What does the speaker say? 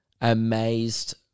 amazed